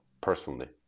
personally